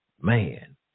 Man